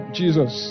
jesus